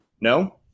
No